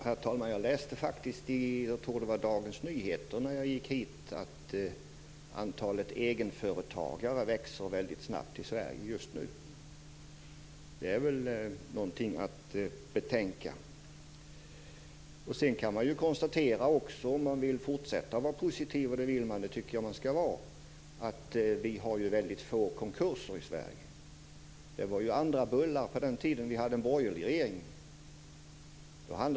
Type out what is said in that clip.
Herr talman! Jag läste i Dagens Nyheter, tror jag det var, innan jag gick hit att antalet egenföretagare växer mycket snabbt just nu i Sverige. Det är väl någonting att betänka. Sedan kan man konstatera, om man vill fortsätta att vara positiv, och det tycker jag att man skall vara, att vi har väldigt få konkurser i Sverige. Det var andra bullar på den tiden vi hade en borgerlig regering.